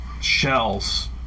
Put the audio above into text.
shells